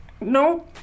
No